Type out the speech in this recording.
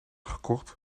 gekocht